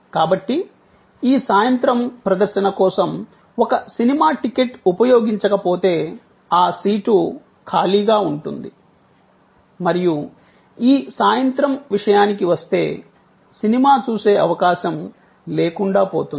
కాబట్టి ఈ సాయంత్రం ప్రదర్శన కోసం ఒక సినిమా టికెట్ ఉపయోగించకపోతే ఆ సీటు ఖాళీగా ఉంటుంది మరియు ఈ సాయంత్రం విషయానికి వస్తే సినిమా చూసే అవకాశం లేకుండా పోతుంది